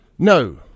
No